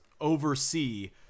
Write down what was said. oversee